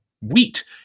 wheat